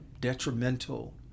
detrimental